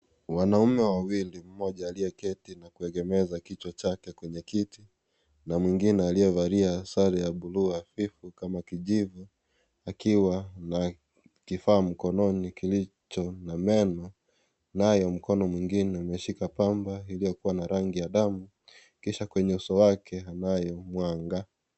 Wanaume wawili mmoja aliyeketi na kuegemeza kichwa chake kwenye kiti. Na mwingine aliyavalia sare ya buluu hafifu kama kijivu akiwa na kifaa mkononi kilicho na meno nayo mkono mwingine ameshika pamba iliyo kuwa na rangi ya damu. Kisha kwenye uso wake anayo mwanga.